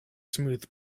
smooth